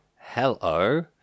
hello